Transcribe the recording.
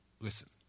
Listen